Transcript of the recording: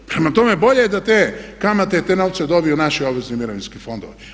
Prema tome, bolje je da te kamate i te novce dobiju naši obvezni mirovinski fondovi.